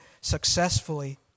successfully